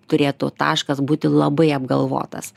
turėtų taškas būti labai apgalvotas